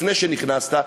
לפני שנכנסת,